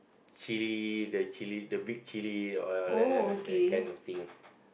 chilli the chilli the big chilli all like that kind of thing